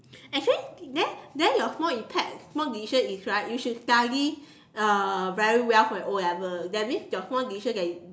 actually then then your small impact small decision is right you should study uh very well for your o-level that means your small decision that you